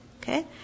Okay